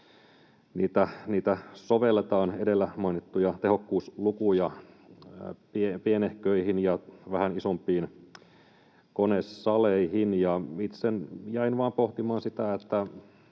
missä sitten niitä edellä mainittuja tehokkuuslukuja sovelletaan pienehköihin ja vähän isompiin konesaleihin. Itse jäin vain pohtimaan sitä,